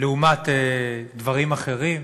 לעומת דברים אחרים,